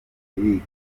eric